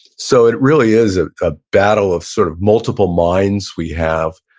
so it really is a ah battle of sort of multiple minds we have,